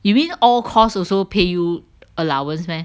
you mean all course also pay you allowance meh